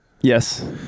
Yes